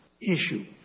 issue